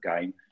game